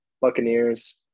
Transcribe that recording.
Buccaneers